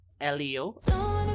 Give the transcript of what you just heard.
elio